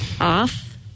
Off